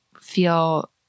feel